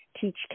teach